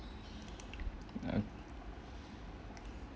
uh